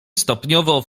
stopniowo